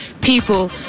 people